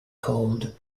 called